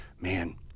man